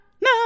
no